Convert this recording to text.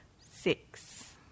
six